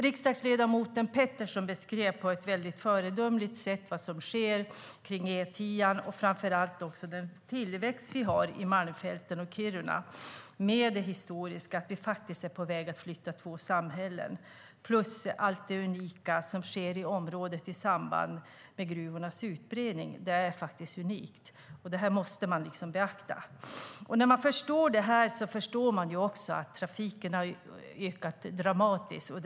Riksdagsledamoten Pettersson beskrev på ett fördömligt sätt var som sker kring E10 och den tillväxt vi har i Malmfälten och Kiruna med det historiska att vi är på väg att flytta samhällen plus allt det unika som sker i området i samband med gruvornas utbredning. Detta måste man beakta. När man förstår det här förstår man också att trafiken har ökat dramatiskt.